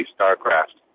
StarCraft